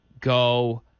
go